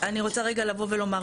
אני רוצה רגע לבוא ולומר.